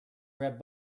red